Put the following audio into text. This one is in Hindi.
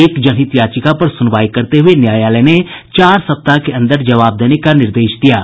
एक जनहित याचिका पर सुनवाई करते हुए न्यायालय ने चार सप्ताह के अंदर जवाब देने का निर्देश दिया है